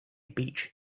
beach